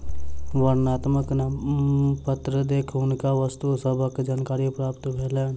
वर्णनात्मक नामपत्र देख हुनका वस्तु सभक जानकारी प्राप्त भेलैन